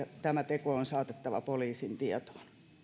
tämä teko on saatettava poliisin tietoon